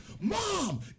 Mom